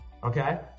Okay